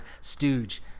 stooge